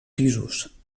pisos